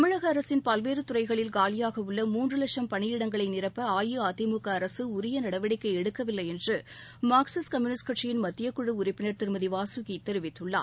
தமிழக அரசின் பல்வேறு துறைகளில் காலியாக உள்ள மூன்று லட்சம் பணியிடங்களை நிரப்ப அஇஅதிமுக அரசு உரிய நடவடிக்கை எடுக்கவில்லை என்று மார்க்சிஸ்ட் கம்யூனிஸ்ட் கட்சியின் மத்தியக்குழு உறுப்பினர் திருமதி வாசுகி தெரிவித்துள்ளார்